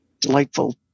delightful